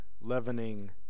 leavening